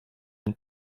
and